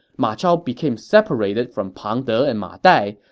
ma chao became separated from pang de and ma dai,